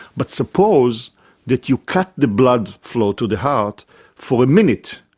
but suppose that you cut the blood flow to the heart for a minute,